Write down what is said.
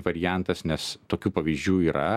variantas nes tokių pavyzdžių yra